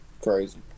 crazy